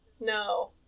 No